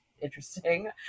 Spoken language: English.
interesting